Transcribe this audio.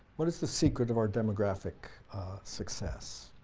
what is the secret of our demographic success?